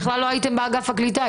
בכלל לא הייתם באגף הקליטה,